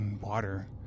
water